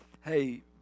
hey